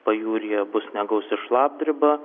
pajūryje bus negausi šlapdriba